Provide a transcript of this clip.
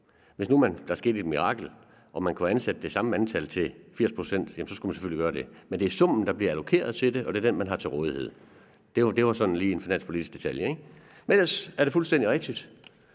Hvis nu der skete et mirakel og man kunne ansætte det samme antal til 80 pct., skulle man selvfølgelig gøre det. Men det er summen, der bliver allokeret til det, og det er den, man har til rådighed. Det var sådan lige en finanspolitisk detalje. Ellers er det fuldstændig rigtigt.